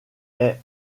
est